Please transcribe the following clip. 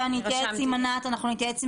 אני אתייעץ עם ענת ואנחנו נתייעץ עם